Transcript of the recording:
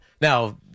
Now